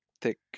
thick